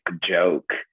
joke